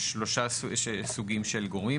שלושה סוגי גורמים,